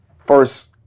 first